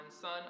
son